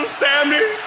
sammy